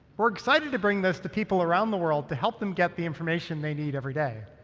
we're excited to bring this to people around the world to help them get the information they need everyday.